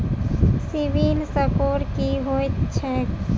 CIBIL score की होइत छैक?